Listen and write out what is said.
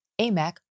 AMAC